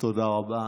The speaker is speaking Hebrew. תודה רבה.